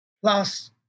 plus